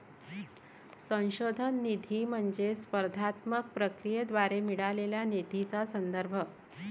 संशोधन निधी म्हणजे स्पर्धात्मक प्रक्रियेद्वारे मिळालेल्या निधीचा संदर्भ